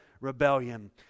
Rebellion